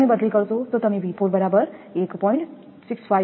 જો તમે બદલી કરશો તો તમે 𝑉4 બરાબર 1